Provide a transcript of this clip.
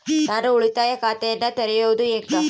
ನಾನು ಉಳಿತಾಯ ಖಾತೆಯನ್ನ ತೆರೆಯೋದು ಹೆಂಗ?